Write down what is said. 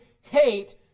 hate